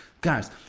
guys